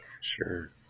sure